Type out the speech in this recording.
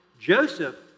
Joseph